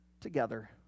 together